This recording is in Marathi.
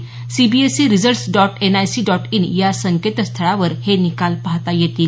CBSE results dot NIC dot in या संकेतस्थळावर हे निकाल पहाता येतील